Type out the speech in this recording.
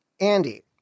Andy